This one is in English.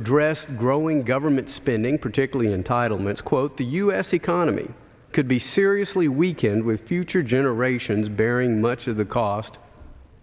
address growing government spending particularly in title meant quote the u s economy could be seriously weakened with future generations bearing much of the cost